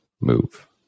move